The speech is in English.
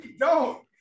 No